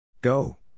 Go